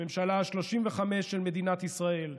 הממשלה השלושים-ושש של מדינת ישראל,